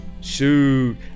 shoot